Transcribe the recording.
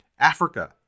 Africa